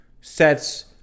sets